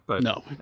No